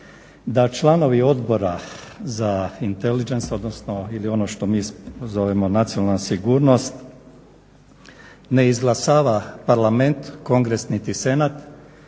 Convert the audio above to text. da članovi Odbora za intelligence, odnosno ili ono što mi zovemo nacionalna sigurnost, ne izglasava Parlament, Kongres niti Senat